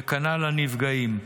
וכנ"ל הנפגעים,